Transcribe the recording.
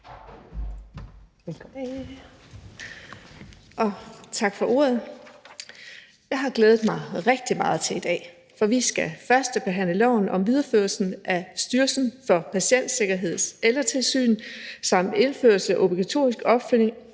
Tak for ordet. Jeg har glædet mig rigtig meget til i dag, for vi skal førstebehandle lovforslaget om videreførelsen af Styrelsen for Patientsikkerheds Ældretilsyn samt indførelse af obligatorisk opfølgnings-